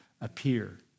appear